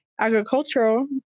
agricultural